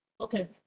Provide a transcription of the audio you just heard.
okay